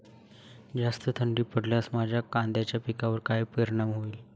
जास्त थंडी पडल्यास माझ्या कांद्याच्या पिकावर काय परिणाम होईल?